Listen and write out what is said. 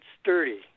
sturdy